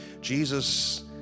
Jesus